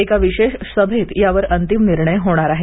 एका विशेष सभेत यावर अंतिम निर्णय होणार आहे